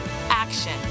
Action